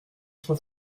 trois